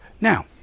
now